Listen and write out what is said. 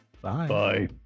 bye